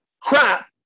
crap